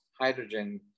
hydrogen